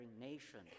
nation